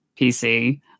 PC